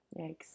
Yikes